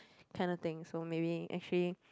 kind of thing so maybe actually